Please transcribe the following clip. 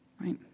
Right